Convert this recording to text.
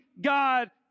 God